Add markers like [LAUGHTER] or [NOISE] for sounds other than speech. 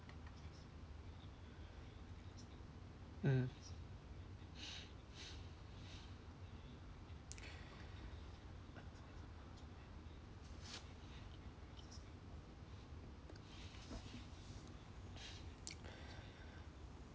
mm [BREATH]